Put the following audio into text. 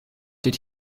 did